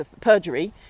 perjury